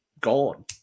gone